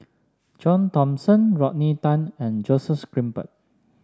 John Thomson Rodney Tan and Joseph Grimberg